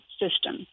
system